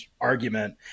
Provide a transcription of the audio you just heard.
argument